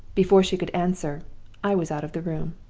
before she could answer i was out of the room.